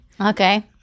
Okay